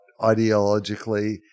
ideologically